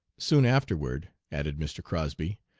soon afterward added mr. crosby,